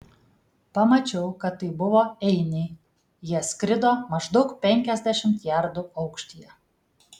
pamačiau kad tai buvo einiai jie skrido maždaug penkiasdešimt jardų aukštyje